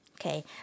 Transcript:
Okay